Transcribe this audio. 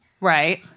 Right